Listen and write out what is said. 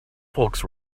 folks